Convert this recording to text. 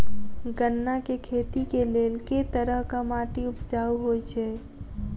गन्ना केँ खेती केँ लेल केँ तरहक माटि उपजाउ होइ छै?